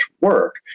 work